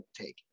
take